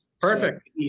Perfect